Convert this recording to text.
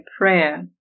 prayer